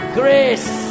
grace